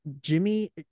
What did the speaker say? jimmy